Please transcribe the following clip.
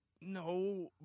No